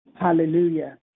Hallelujah